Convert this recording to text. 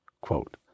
quote